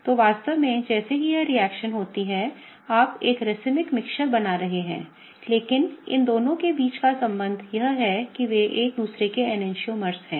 तो वास्तव में जैसे ही यह रिएक्शन होती है आप एक racemic mixture बना रहे हैं लेकिन इन दोनों के बीच का संबंध यह है कि वे एक दूसरे के enantiomers हैं